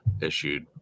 issued